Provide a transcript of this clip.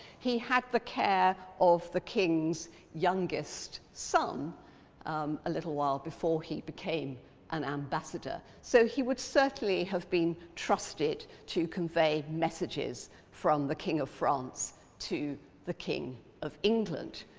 he had the care of the king's youngest son a little while before he became an ambassador. so he would certainly have been trusted to convey messages from the king of france to the king of england.